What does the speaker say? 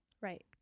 Right